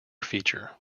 feature